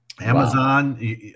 Amazon